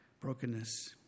brokenness